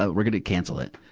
ah we're gonna cancel it.